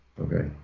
okay